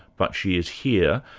but she is here,